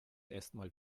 erstmal